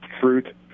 fruit